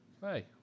Hey